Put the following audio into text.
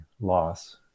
loss